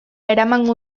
eramango